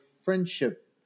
friendship